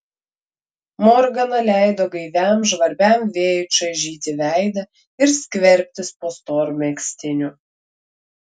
morgana leido gaiviam žvarbiam vėjui čaižyti veidą ir skverbtis po storu megztiniu